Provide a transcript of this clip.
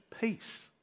peace